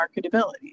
marketability